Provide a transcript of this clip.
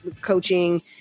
coaching